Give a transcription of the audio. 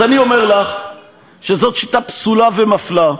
אז אני אומר לך שזו שיטה פסולה ומפלה,